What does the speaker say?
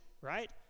right